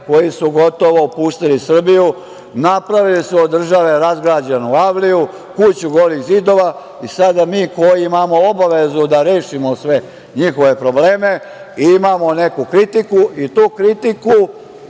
koji su gotovo opustili Srbiju. Napravili su od države razgrađenu avliju, kuću golih zidova i sada mi koji imamo obavezu da rešimo sve njihove probleme, imamo neku kritiku i tu kritiku,